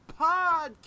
podcast